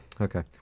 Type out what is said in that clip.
Okay